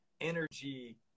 energy